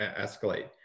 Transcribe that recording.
escalate